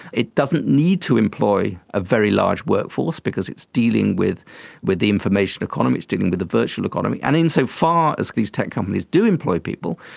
it doesn't need to employ a very large workforce because it's dealing with with the information economy, it's dealing with the virtual economy. and in so far as these tech companies do employ people,